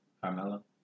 Carmelo